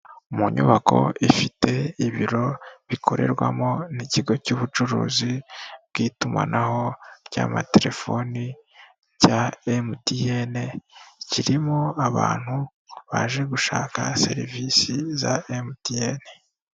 Mu nyubako ifite ibiro bikorerwamo n' ikigo cy'ubucuruzi bw'itumanaho ry'amatelefoni cya Emutiyeni kirimo abantu baje gushaka serivisi za emutiyeni.